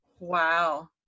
wow